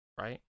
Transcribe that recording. right